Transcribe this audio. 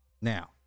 now